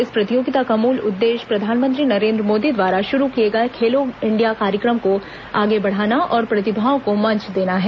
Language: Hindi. इस प्रतियोगिता का मूल उद्देश्य प्रधानमंत्री नरेन्द्र मोदी द्वारा शुरू किए गए खेलो इंडिया कार्यक्रम को आगे बढ़ाना और प्रतिभाओं को मंच देना है